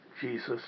Jesus